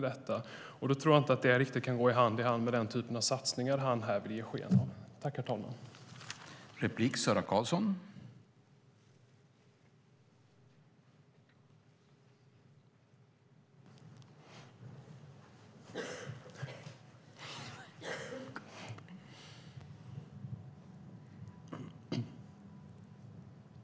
Det tror jag inte riktigt kan gå hand i hand med den typ av satsningar som han här vill ge sken av att han tänker göra.